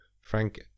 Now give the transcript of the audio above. Frank